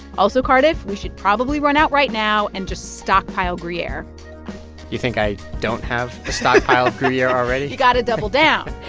also, cardiff, we should probably run out right now and just stockpile gruyere you think i don't have a. stockpile of gruyere already you got to double down.